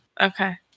okay